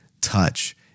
touch